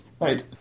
Right